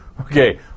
Okay